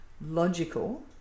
logical